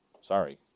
Sorry